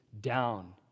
down